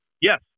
Yes